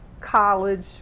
college